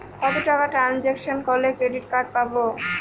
কত টাকা ট্রানজেকশন করলে ক্রেডিট কার্ড পাবো?